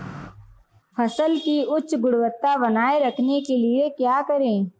फसल की उच्च गुणवत्ता बनाए रखने के लिए क्या करें?